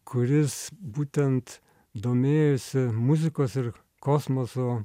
kuris būtent domėjosi muzikos ir kosmoso